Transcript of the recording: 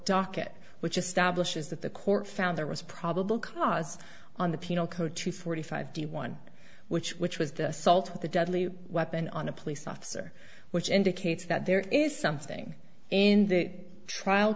docket which establishes that the court found there was probable cause on the penal code to forty five d one which which was the assault with a deadly weapon on a police officer which indicates that there is something in that trial